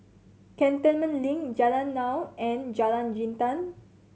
Cantonment Link Jalan Naung and Jalan Jintan